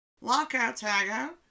Lockout-tagout